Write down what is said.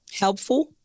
helpful